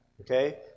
Okay